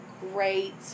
great